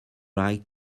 like